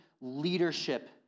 leadership